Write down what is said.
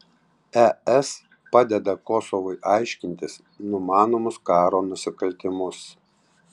es padeda kosovui aiškintis numanomus karo nusikaltimus